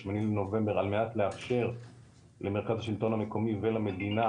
בשמיני לנובמבר על מנת לאפשר למרכז השילטון המקומי ולמדינה